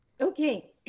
Okay